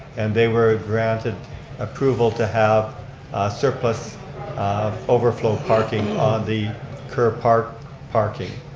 and they were granted approval to have surface overflow parking on the ker park parking.